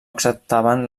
acceptaven